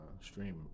streaming